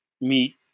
meat